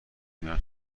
میرم